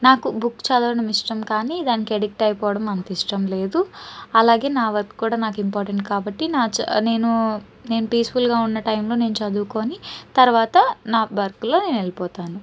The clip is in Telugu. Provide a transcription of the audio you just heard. నాకు బుక్ చదవడం ఇష్టం కానీ దానికి ఎడిక్ట్ అయిపోవడం అంత ఇష్టం లేదు అలాగే నా వర్క్ కూడా నాకు ఇంపార్టెంట్ కాబట్టి నా నేను నేను పీస్ఫుల్గా ఉన్న టైంలో నేను చదువుకొని తర్వాత నా వర్క్లో నేనెళ్ళిపోతాను